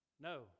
No